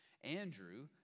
Andrew